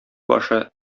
башы